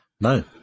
No